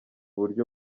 buryo